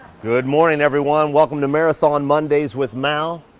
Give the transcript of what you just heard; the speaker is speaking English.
good morning, everyone. welcome to marathon mondays with mal.